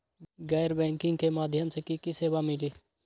गैर बैंकिंग के माध्यम से की की सेवा मिली?